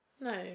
No